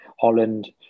Holland